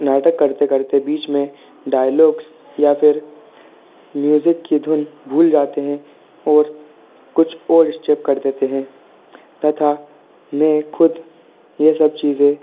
नाटक करते करते बीच में डायलॉग्स या फिर म्यूज़िक की धुन भूल जाते हैं और कुछ और स्टेप कर देते हैं तथा मैं ख़ुद यह सब चीज़ें